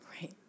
Right